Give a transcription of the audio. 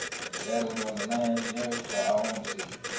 and settled on the lands nearest to our own sea.